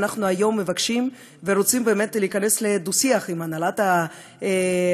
אנחנו היום מבקשים ורוצים באמת להיכנס לדו-שיח עם הנהלת התאגיד,